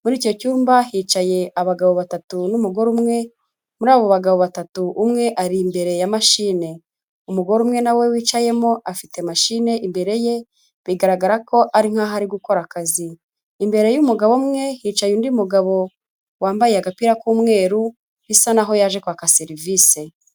Muri icyo cyumba hicaye abagabo batatu n'umugore umwe, muri abo bagabo batatu umwe ari imbere ya machine. Umugore umwe nawe wicayemo afite machine imbere ye, bigaragara ko ari nkaho ari gukora akazi. Imbere y'umugabo umwe hicaye undi mugabo wambaye agapira k'umweru bisa naho yaje kwaka serivisi.